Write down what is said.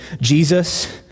Jesus